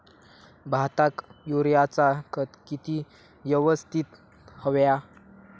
भाताक युरियाचा खत किती यवस्तित हव्या?